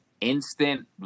instant